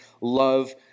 love